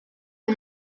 est